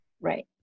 Right